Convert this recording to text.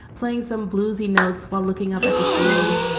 playing some bluesy notes while looking up at the ceiling.